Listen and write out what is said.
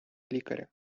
лікаря